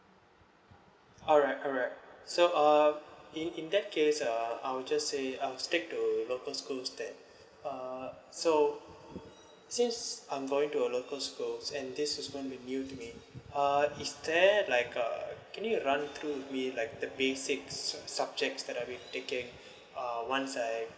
alright alright so uh in in that case uh I'll just say I'm stick to local school instead uh so since I'm going to a local school and this is gonna be new to me uh is there like uh can you run through be like the basic subjects that I've been taken uh once I